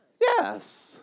Yes